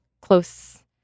close